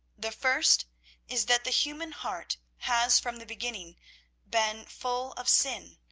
the first is that the human heart has from the beginning been full of sin,